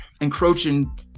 encroaching